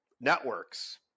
networks